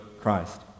Christ